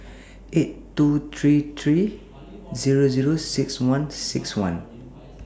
eight two three three Zero Zero six one six one